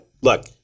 look